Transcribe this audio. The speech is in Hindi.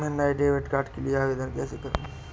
मैं नए डेबिट कार्ड के लिए कैसे आवेदन करूं?